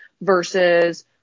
versus